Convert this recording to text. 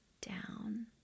down